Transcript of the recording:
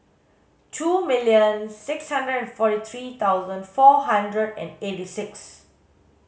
two million six hundred and forty three thousand four hundred and eighty six